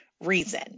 reason